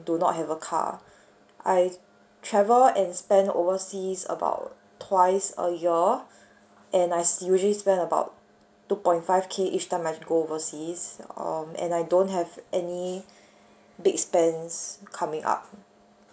do not have a car I travel and spend overseas about twice a year and I usually spend about two point five K each time I go overseas um and I don't have any big spends coming up